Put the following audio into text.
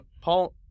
Paul